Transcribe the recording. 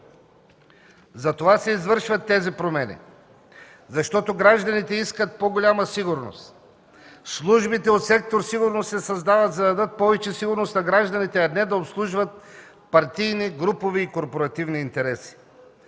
Затова се извършват тези промени, защото гражданите искат по-голяма сигурност. Службите от сектор „Сигурност” се създават, за да дадат повече сигурност на гражданите, а не да обслужват партийни, групови и корпоративни интереси.